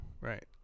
Right